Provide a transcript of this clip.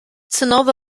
tynnodd